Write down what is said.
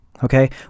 Okay